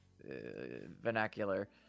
vernacular